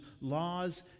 laws